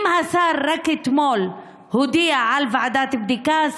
אם השר הודיע רק אתמול על ועדת בדיקה,